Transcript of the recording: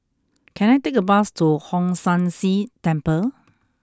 can I take a bus to Hong San See Temple